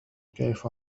كيف